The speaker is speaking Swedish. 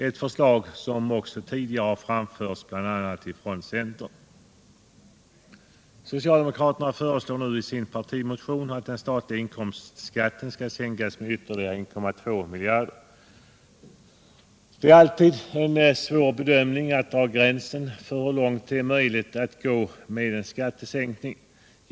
Ett sådant förslag har framförts tidigare bl.a. från centern. komstskatten skall sänkas med ytterligare 1,2 miljarder. Det är alltid svårt att dra gränsen för hur långt det är möjligt att gå med en skattesänkning.